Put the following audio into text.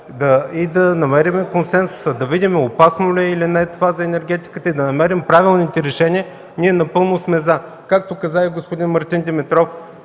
– да намерим консенсуса. Да видим опасно ли е, или не това за енергетиката и да намерим правилните решения. Ние напълно сме „за”. Както каза и господин Мартин Димитров